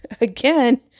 again